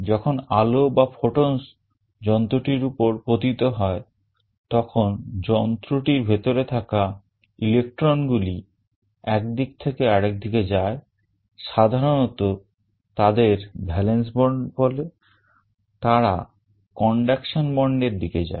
যখন আলো বা photons যন্ত্রটির উপর পতিত হয় তখন যন্ত্রটির ভিতরে থাকা electronগুলি একদিক থেকে আরেক দিকে যায় সাধারণত তাদের valence bond বলে তারা conduction bandএর দিকে যায়